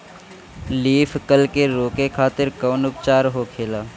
Leaf curl के रोके खातिर कउन उपचार होखेला?